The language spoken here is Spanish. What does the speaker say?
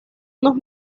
unos